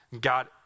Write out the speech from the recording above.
God